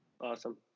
Awesome